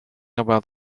about